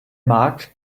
markt